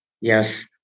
Yes